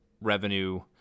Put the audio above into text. revenue